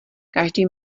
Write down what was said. každý